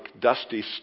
dusty